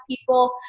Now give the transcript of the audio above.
people